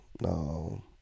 no